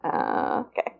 Okay